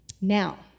Now